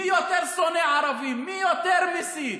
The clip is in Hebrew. מי יותר שונא ערבים, מי יותר מסית,